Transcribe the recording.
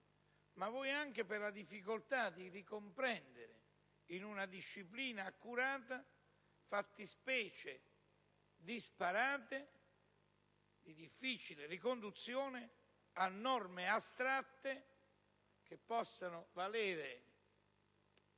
sia per la difficoltà di ricomprendere in una disciplina accurata fattispecie disparate e di difficile riconduzione a norme astratte che possano valere